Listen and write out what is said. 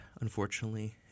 unfortunately